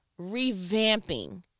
Revamping